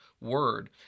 word